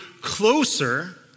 closer